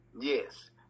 Yes